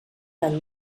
del